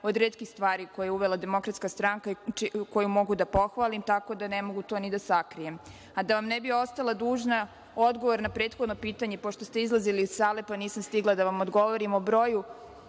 od retkih stvari koju je uvela DS koju mogu da pohvalim. Tako da ne mogu to ni da sakrijem. Da vam ne bih ostala dužna odgovor na prethodno pitanje, pošto ste izlazili iz sale pa nisam stigla da vam odgovorim o broju